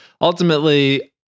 ultimately